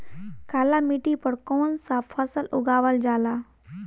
काली मिट्टी पर कौन सा फ़सल उगावल जाला?